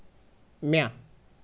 म्या